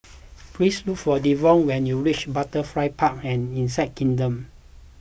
please look for Devon when you reach Butterfly Park and Insect Kingdom